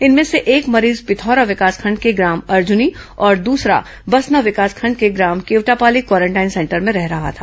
इनमें से एक मरीज पिथौरा विकासखंड के ग्राम अर्जुनी और दूसरा बसना विकासखंड के ग्राम केवटापाली क्वारेंटाइन सेंटर में रह रहा था